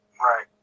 Right